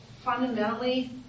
fundamentally